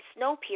Snowpiercer